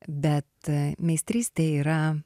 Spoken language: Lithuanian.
bet meistrystė yra